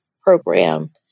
program